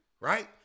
right